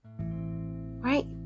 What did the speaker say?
Right